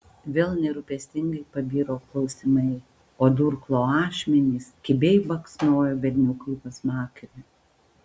vėl nerūpestingai pabiro klausimai o durklo ašmenys kibiai baksnojo berniukui į pasmakrę